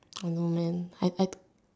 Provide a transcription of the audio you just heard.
I mean I I